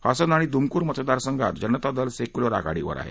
हसन आणि दुमकूर मतदारसंघात जनता दल सेक्युलर आघाडीवर आहे